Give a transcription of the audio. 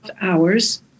hours